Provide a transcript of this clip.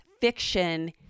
fiction